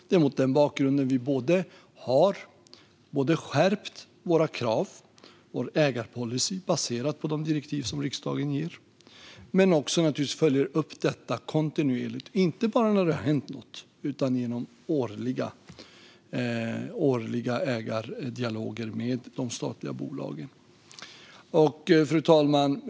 Det är mot den bakgrunden vi både har skärpt våra krav, vår ägarpolicy, baserat på de direktiv som riksdagen ger och naturligtvis också följer upp detta kontinuerligt - inte bara när det har hänt något utan genom årliga ägardialoger med de statliga bolagen. Fru talman!